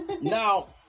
Now